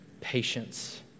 patience